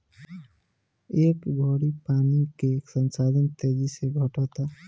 ए घड़ी पानी के संसाधन तेजी से घटता